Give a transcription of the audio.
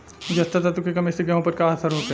जस्ता तत्व के कमी से गेंहू पर का असर होखे?